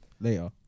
later